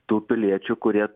tų piliečių kurie